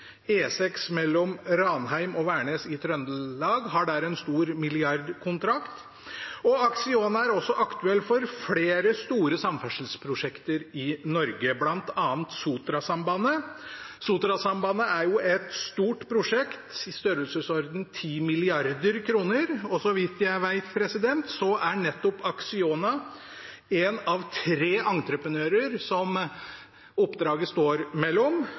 og har der en stor milliardkontrakt. Acciona er også aktuell for flere store samferdselsprosjekter i Norge, bl.a. Sotrasambandet. Sotrasambandet er jo et stort prosjekt, i størrelsesordenen 10 mrd. kr, og så vidt jeg vet, er nettopp Acciona en av tre entreprenører som oppdraget står mellom